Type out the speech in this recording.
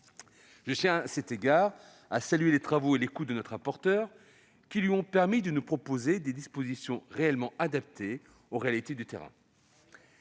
Je tiens, à cet égard, à saluer les travaux et l'écoute de notre rapporteur qui lui ont permis de nous proposer des dispositions réellement adaptées aux réalités du terrain.